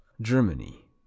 Germany